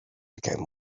became